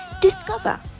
Discover